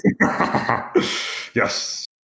Yes